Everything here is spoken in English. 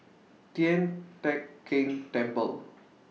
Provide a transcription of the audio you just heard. Tian Teck Keng Temple